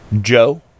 Joe